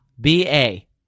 B-A